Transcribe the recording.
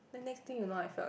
then next thing you know I fell